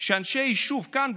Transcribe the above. שאנשי היישוב כאן,